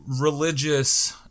religious